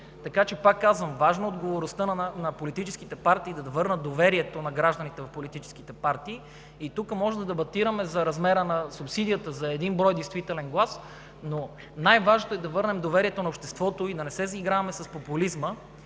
Така че, пак казвам, важна е отговорността на политическите партии да върнат доверието на гражданите в тях. Тук може да дебатираме за размера на субсидията за един брой действителен глас, но най-важното е да върнем доверието на обществото и да не се заиграваме с популизма.